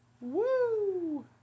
Woo